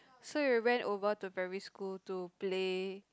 so we went over to primary school to play